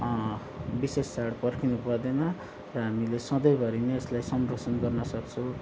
विशेष चाड पर्खिनु पर्दैन र हामीले सधैँभरि नै यसलाई संरक्षण गर्नसक्छौँ